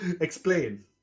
Explain